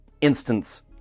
instance